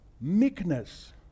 Meekness